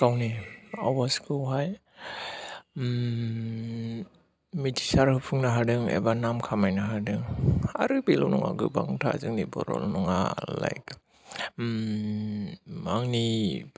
गावनि आवासखौहाय मिथिसार होफुंनो हादों एबा नाम खामायनो हादों आरो बेल' नङा गोबांथा जोंनि बर'ल' नङा लाइक आंनि